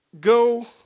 Go